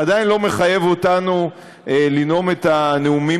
עדיין לא מחייב אותנו לנאום את הנאומים